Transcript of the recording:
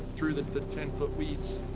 ithrough the ten-foot weeds,